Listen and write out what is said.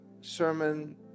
sermon